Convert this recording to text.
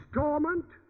torment